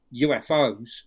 UFOs